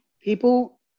people